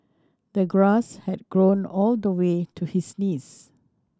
the grass had grown all the way to his knees